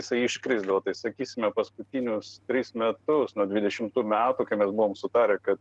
jisai iškrisdavo tai sakysime paskutinius tris metus nuo dvidešimtų metų kai mes buvom sutarę kad